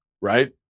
right